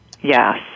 Yes